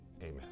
amen